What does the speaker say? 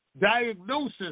diagnosis